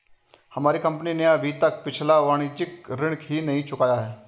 हमारी कंपनी ने अभी तक पिछला वाणिज्यिक ऋण ही नहीं चुकाया है